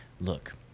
look